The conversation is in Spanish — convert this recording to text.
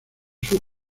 sus